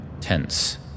tense